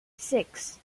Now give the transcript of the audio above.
six